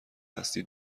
هستی